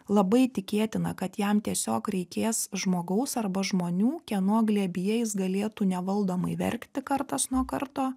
labai tikėtina kad jam tiesiog reikės žmogaus arba žmonių kieno glėbyje jis galėtų nevaldomai verkti kartas nuo karto